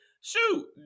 shoot